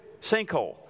sinkhole